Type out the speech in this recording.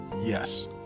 yes